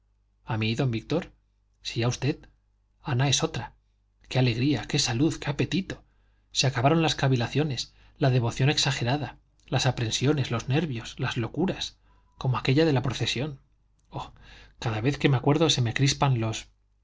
a mí don víctor sí a usted ana es otra qué alegría qué salud qué apetito se acabaron las cavilaciones la devoción exagerada las aprensiones los nervios las locuras como aquella de la procesión oh cada vez que me acuerdo se me crispan los